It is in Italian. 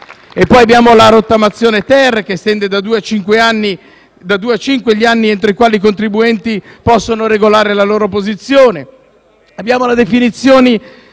Poi abbiamo la rottamazione-*ter*, che estende da due a cinque gli anni entro i quali i contribuenti possono regolare la loro posizione.